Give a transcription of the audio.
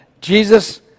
Jesus